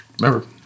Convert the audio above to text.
Remember